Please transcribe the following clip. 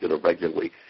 regularly